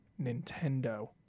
Nintendo